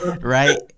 Right